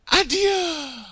adieu